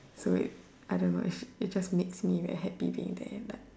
so it I don't know it's it just makes me very happy being there but